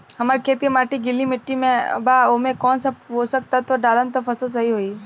हमार खेत के माटी गीली मिट्टी बा ओमे कौन सा पोशक तत्व डालम त फसल सही होई?